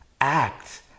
act